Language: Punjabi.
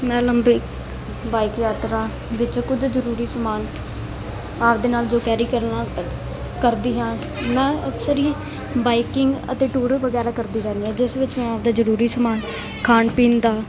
ਮੈਂ ਲੰਬੇ ਬਾਈਕ ਯਾਤਰਾ ਵਿਚ ਕੁਝ ਜ਼ਰੂਰੀ ਸਮਾਨ ਆਪ ਦੇ ਨਾਲ ਜੋ ਕੈਰੀ ਕਰਨਾ ਕਰਦੀ ਹਾਂ ਮੈਂ ਅਕਸਰ ਹੀ ਬਾਈਕਿੰਗ ਅਤੇ ਟੂਰ ਵਗੈਰਾ ਕਰਦੀ ਰਹਿੰਦੀ ਹਾਂ ਜਿਸ ਵਿੱਚ ਮੈਂ ਆਪਣਾ ਜ਼ਰੂਰੀ ਸਮਾਨ ਖਾਣ ਪੀਣ ਦਾ